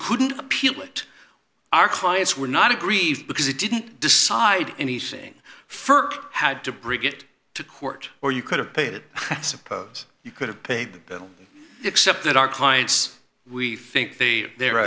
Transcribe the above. couldn't appeal it our clients were not a grief because it didn't decide anything further had to bring it to court or you could have paid it i suppose you could have paid the bill except that our clients we think the the